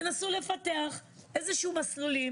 תנסו לפתח איזה שהם מסלולים